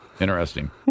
Interesting